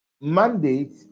mandate